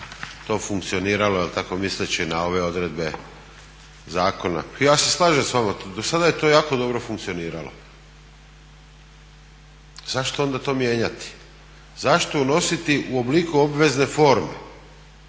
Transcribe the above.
to funkcioniralo, tako misleći na ove odredbe zakona. Ja se slažem s vama, do sada je to jako dobro funkcioniralo. Zašto onda to mijenjati? Zašto unositi u obliku obvezne forme?